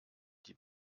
die